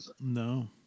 no